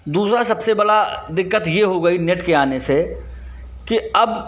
दूसरा सबसे बड़ा दिक्कत यह हो गई नेट के आने से कि अब